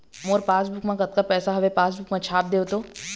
मोर passbook मा कतका पैसा हवे पासबुक मा छाप देव तो?